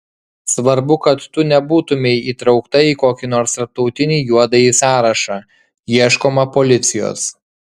svarbu kad tu nebūtumei įtraukta į kokį nors tarptautinį juodąjį sąrašą ieškoma policijos